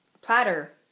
Platter